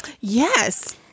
Yes